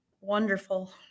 wonderful